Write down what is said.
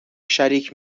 شریک